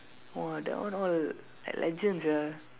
!wah! that one all like legend sia